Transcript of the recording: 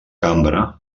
cambra